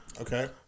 Okay